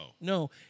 No